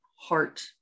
heart